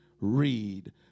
read